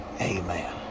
Amen